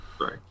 Right